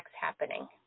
happening